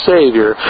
Savior